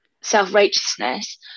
self-righteousness